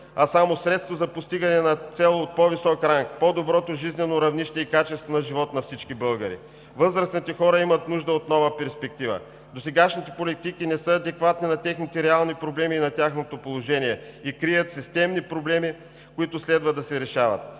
а само средство за постигане на цел от по-висок ранг – по доброто жизнено равнище и качество на живот на всички българи. Възрастните хора имат нужда от нова перспектива. Досегашните политики не са адекватни на техните реални проблеми и на тяхното положение и крият системни проблеми, които следва да се решават.